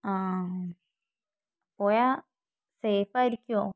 ആ പോയാൽ സേഫ് ആയിരിക്കുമോ